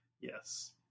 Yes